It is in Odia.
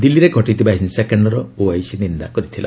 ଦିଲ୍ଲୀରେ ଘଟିଥିବା ହିଂସାକାଣ୍ଡର ଓଆଇସି ନିନ୍ଦା କରିଥିଲା